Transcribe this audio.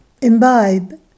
imbibe